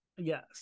Yes